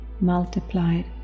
multiplied